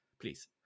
please